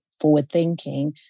forward-thinking